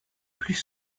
plus